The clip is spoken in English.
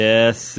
Yes